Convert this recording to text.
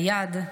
הי"ד,